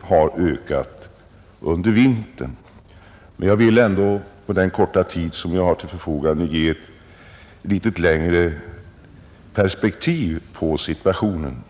har förvärrats under vintern. Jag vill ändå på den korta tid jag har till förfogande ge ett litet längre perspektiv på situationen.